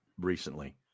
Recently